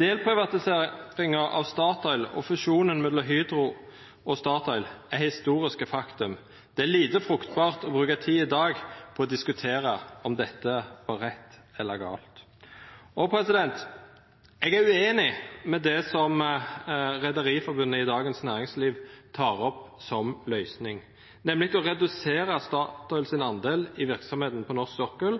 Delprivatiseringa av Statoil og fusjonen mellom Hydro og Statoil er historiske faktum. Det er lite fruktbart å bruka tid i dag på å diskutera om dette var rett eller gale. Eg er ueinig i det som Rederiforbundet i Dagens Næringsliv tek opp som løysing, nemleg å redusera Statoil sin del av verksemda på norsk sokkel